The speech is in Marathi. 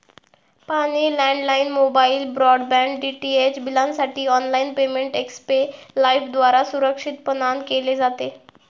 पाणी, लँडलाइन, मोबाईल, ब्रॉडबँड, डीटीएच बिलांसाठी ऑनलाइन पेमेंट एक्स्पे लाइफद्वारा सुरक्षितपणान केले जाते